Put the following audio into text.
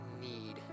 need